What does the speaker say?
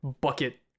bucket